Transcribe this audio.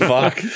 Fuck